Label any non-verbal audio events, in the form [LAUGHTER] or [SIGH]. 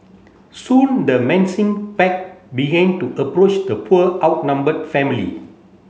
soon the [UNINTELLIGIBLE] pack began to approach the poor outnumbered family